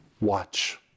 watch